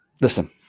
listen